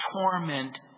torment